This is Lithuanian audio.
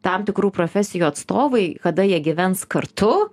tam tikrų profesijų atstovai kada jie gyvens kartu